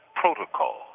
protocol